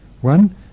One